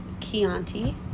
Chianti